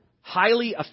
highly